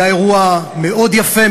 היה אירוע מאוד יפה,